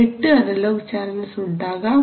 8 analogue channels ഉണ്ടാകാം